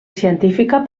científica